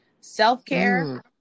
self-care